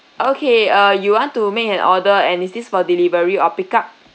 okay uh you want to make an order and is this for delivery or pick up